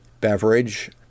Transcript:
beverage